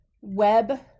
web